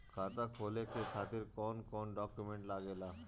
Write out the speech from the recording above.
खाता खोले के खातिर कौन कौन डॉक्यूमेंट लागेला?